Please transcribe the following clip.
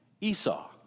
Esau